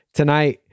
tonight